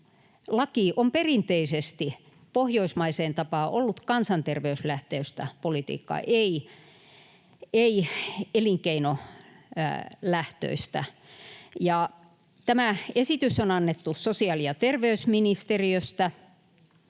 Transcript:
on perinteisesti pohjoismaiseen tapaan ollut kansanterveyslähtöistä politiikkaa, ei elinkeinolähtöistä. Tämä esitys on annettu sosiaali- ja terveysministeriöstä.